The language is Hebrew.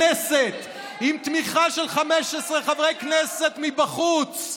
של 46 חברי כנסת עם תמיכה של 15 חברי כנסת מבחוץ.